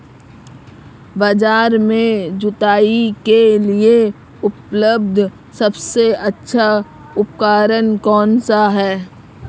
बाजार में जुताई के लिए उपलब्ध सबसे अच्छा उपकरण कौन सा है?